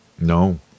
No